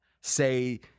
say